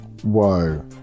Whoa